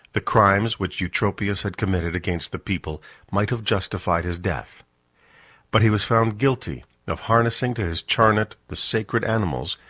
the crimes which eutropius had committed against the people might have justified his death but he was found guilty of harnessing to his chariot the sacred animals,